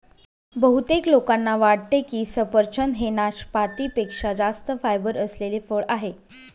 बहुतेक लोकांना वाटते की सफरचंद हे नाशपाती पेक्षा जास्त फायबर असलेले फळ आहे